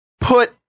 put